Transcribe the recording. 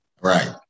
Right